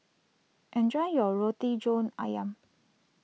enjoy your Roti John Ayam